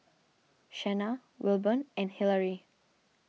Shena Wilburn and Hillery